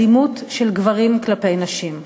אלימות של גברים כלפי נשים.